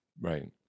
right